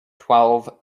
twelve